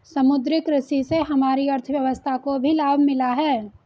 समुद्री कृषि से हमारी अर्थव्यवस्था को भी लाभ मिला है